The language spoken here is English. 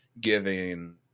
giving